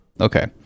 Okay